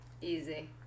Easy